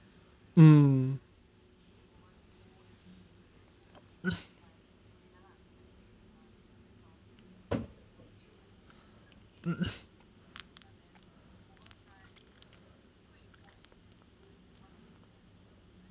mm